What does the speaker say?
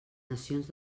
nacions